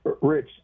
Rich